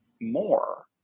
more